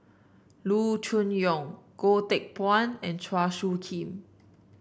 Loo Choon Yong Goh Teck Phuan and Chua Soo Khim